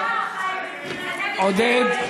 עודד.